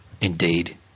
Indeed